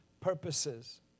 purposes